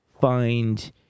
Find